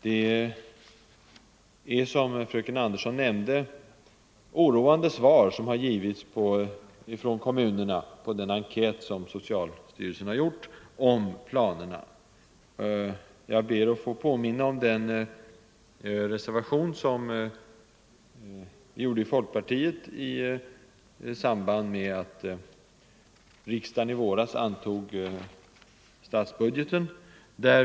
Det är, som fröken Andersson nämnde, oroande svar som har givits av kommunerna på den enkät som socialstyrelsen gjort om planerna. Jag ber att få påminna om den reservation som vi avgav från folkpartiet i samband med att riksdagen i våras antog statsbudgeten.